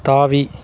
தாவி